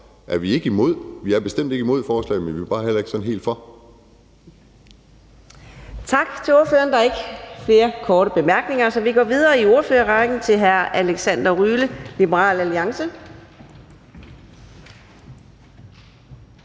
er vi bestemt ikke imod forslaget, men vi er bare heller ikke sådan helt for